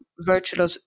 virtual